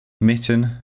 Mitten